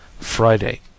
Friday